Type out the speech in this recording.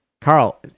Carl